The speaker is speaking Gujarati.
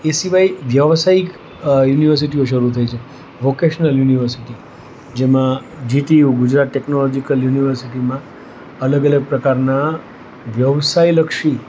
એ સિવાય વ્યસાયિક યુનિવર્સિટીઓ શરૂ થઈ છે વોકેશનલ યુનિવર્સિટી જેમાં જીટીયુ ગુજરાત ટેકનોલોજીકલ યુનિવર્સિટીમાં અલગ અલગ પ્રકારના વ્યવસાય લક્ષી